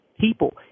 people